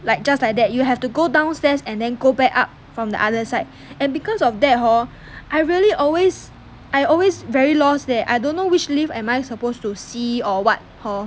like just like that you have to go downstairs and then go back up from the other side and because of that hor I really always I always very lost leh I don't know which lift am I supposed to see or what hor